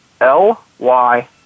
L-Y